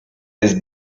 jest